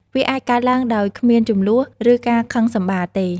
វាអាចកើតឡើងដោយគ្មានជម្លោះ ឬការខឹងសម្បារទេ។